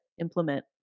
implement